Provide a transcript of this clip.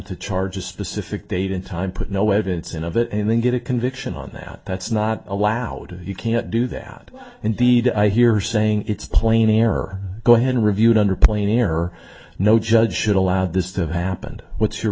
to charge a specific date in time put no evidence in of it and then get a conviction on that that's not allowed you can't do that and the the i here saying it's plain error go ahead and review it under plain error no judge should allow this to have happened what's your